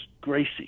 gracie